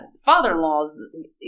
father-in-law's